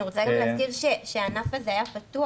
אני גם רוצה להזכיר שהענף היה פתוח,